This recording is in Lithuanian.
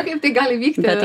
kaip tai gali vykti